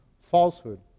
falsehood